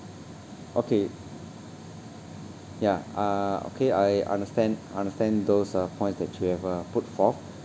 okay ya uh okay I understand understand those uh points that you have uh put forth